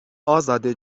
ازاده